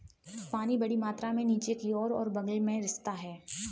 पानी बड़ी मात्रा में नीचे की ओर और बग़ल में रिसता है